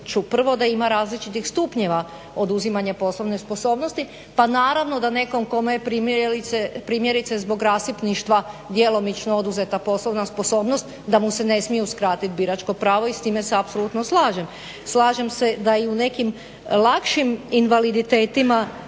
prvo da ima različitih stupnjeva oduzimanja poslovne sposobnosti pa naravno da nekom kome je primjerice zbog rasipništva djelomično oduzeta poslovna sposobnost da mu se ne smije uskratiti biračko pravo i s time se apsolutno slažem. Slažem se da i u nekim lakšim invaliditetima